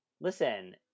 listen